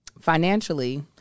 financially